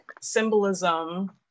symbolism